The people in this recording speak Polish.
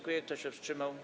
Kto się wstrzymał?